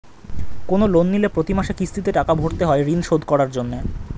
কোন লোন নিলে প্রতি মাসে কিস্তিতে টাকা ভরতে হয় ঋণ শোধ করার জন্য